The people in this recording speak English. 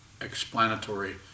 explanatory